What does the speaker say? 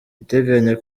ateganya